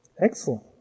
Excellent